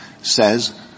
says